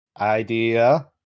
idea